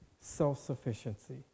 self-sufficiency